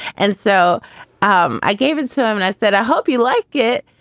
and so um i gave it to him and i said, i hope you like it.